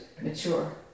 mature